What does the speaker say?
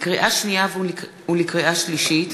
לקריאה שנייה ולקריאה שלישית: